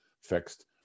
fixed